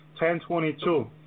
10:22